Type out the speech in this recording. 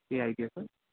केही आइडिया छ